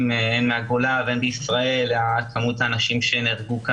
מהגולה ומהארץ וכן כמות האנשים שנפלו על